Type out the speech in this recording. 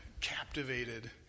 captivated